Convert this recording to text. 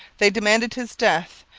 they demanded his death,